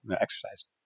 exercise